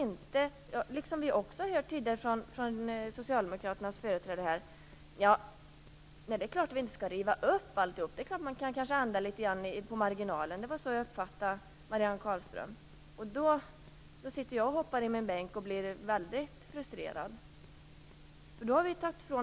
Vi har tidigare hört från Socialdemokraternas företrädare att det är klart att inget skall rivas upp, och det går kanske att ändra litet på marginalen. Det var så jag uppfattade Marianne Carlström. Då sitter jag och hoppar i min bänk och blir väldigt frustrerad.